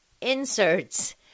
inserts